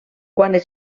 quan